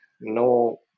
no